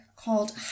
Called